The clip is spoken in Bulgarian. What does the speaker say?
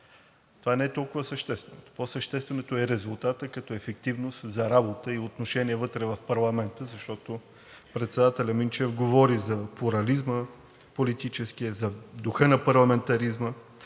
това не е толкова съществено. По-същественото е резултатът като ефективност за работа и отношение вътре в парламента, защото председателят Минчев говори за плурализма, политическия, духа на парламентаризма.